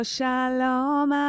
Shalom